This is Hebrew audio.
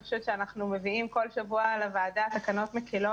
אני חושבת שאנחנו מביאים כל שבוע לוועדה תקנות מקלות.